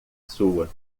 sua